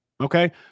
Okay